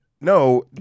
no